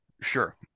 Sure